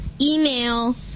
email